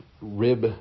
rib